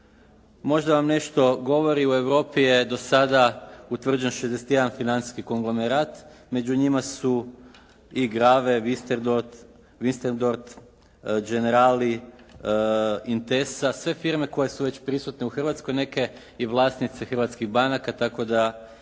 Možda vam nešto govori, u Europi je do sada utvrđen 61 financijski konglomerat, među njima su i Grawe, Winsterdorf, Generali, Intesa, sve firme koje su već prisutne u Hrvatskoj, neke i vlasnici hrvatskih banaka tako da